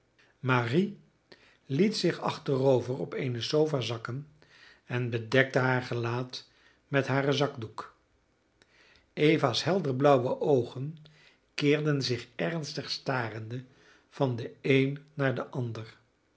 marie liet zich achterover op eene sofa zakken en bedekte haar gelaat met haren zakdoek eva's helderblauwe oogen keerden zich ernstig starende van den een naar den ander